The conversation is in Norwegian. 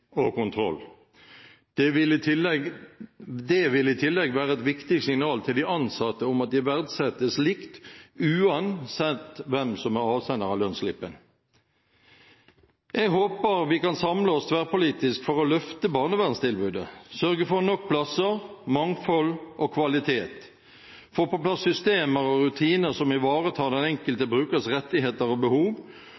og kontroll. Det vil i tillegg være et viktig signal til de ansatte om at de verdsettes likt uansett hvem som er avsender av lønnsslippen. Jeg håper vi kan samle oss tverrpolitisk om å løfte barnevernstilbudet, sørge for nok plasser, mangfold og kvalitet, få på plass systemer og rutiner som ivaretar den enkelte